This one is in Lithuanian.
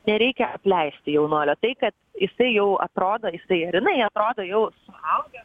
nereikia apleisti jaunuolio tai kad jisai jau atrodo jisai ar jinai atrodo jau suaugę